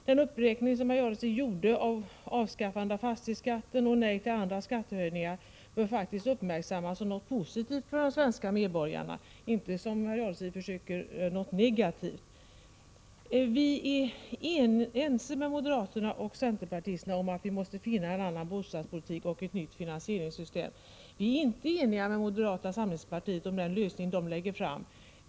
Herr Jadestig gjorde en uppräkning som gällde avskaffandet av fastighetsskatten och andra skattehöjningar. Detta bör faktiskt betraktas som någonting positivt för de svenska medborgarna, inte som något negativt. Vi är ense med moderaterna och centerpartisterna om att vi måste få en annan bostadspolitik och ett nytt finansieringssystem. Men vi är inte eniga med moderaterna om den lösning de föreslår.